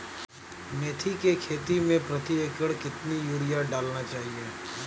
मेथी के खेती में प्रति एकड़ कितनी यूरिया डालना चाहिए?